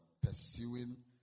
pursuing